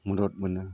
मदद मोनो